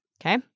Okay